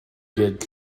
гээд